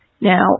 Now